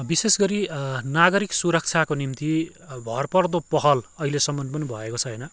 विशेष गरी नागरिक सुरक्षाको निम्ति भरपर्दो पहल अहिलेसम्म पनि भएको छैन